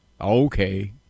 Okay